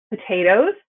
potatoes